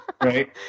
Right